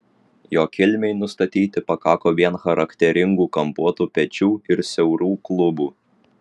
jo kilmei nustatyti pakako vien charakteringų kampuotų pečių ir siaurų klubų